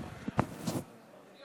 בבקשה.